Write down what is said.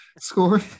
score